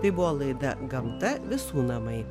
tai buvo laida gamta visų namai